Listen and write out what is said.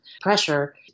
pressure